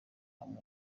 hamwe